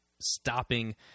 stopping